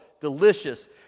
delicious